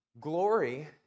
Glory